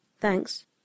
Thanks